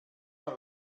mal